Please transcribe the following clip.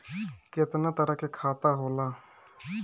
केतना तरह के खाता होला?